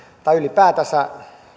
ylipäätänsä